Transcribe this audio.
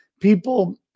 People